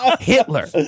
Hitler